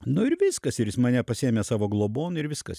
nu ir viskas ir jis mane pasiėmė savo globon ir viskas